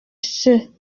ceux